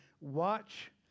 watch